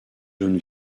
jaune